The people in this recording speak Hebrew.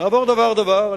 נעבור דבר דבר,